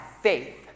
faith